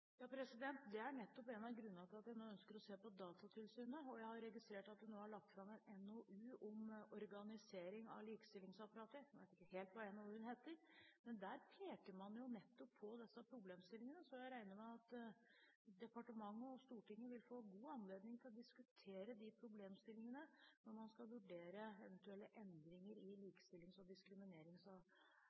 Det er nettopp en av grunnene til at jeg nå ønsker å se på Datatilsynet. Jeg har registrert at det nå er lagt fram en NOU om organisering av likestillingsapparatet – jeg vet ikke helt hva NOU-en heter – og der peker man nettopp på disse problemstillingene. Jeg regner med at departementet og Stortinget vil få god anledning til å diskutere disse problemstillingene når man skal vurdere eventuelle endringer i organiseringen av likestillings- og